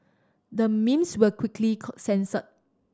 the memes were quickly censored